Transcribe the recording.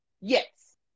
Yes